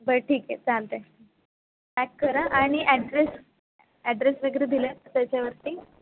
बरं ठीक आहे चालतंय पॅक करा आणि ॲड्रेस ॲड्रेस वगैरे दिला आहे त्याच्यावरती